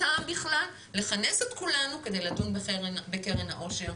בכלל טעם לכנס את כולנו כדי לדון בקרן העושר.